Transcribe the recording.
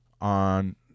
on